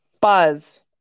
Buzz